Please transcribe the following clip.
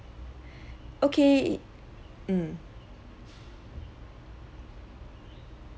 okay mm